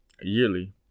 Yearly